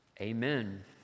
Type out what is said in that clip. Amen